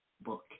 book